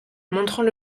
montrant